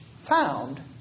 found